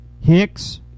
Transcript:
hicks